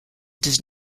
does